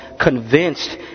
convinced